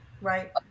right